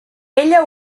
ella